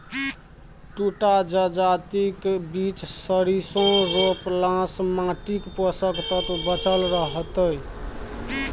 दू टा जजातिक बीच सरिसों रोपलासँ माटिक पोषक तत्व बचल रहतै